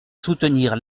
soutenir